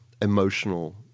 emotional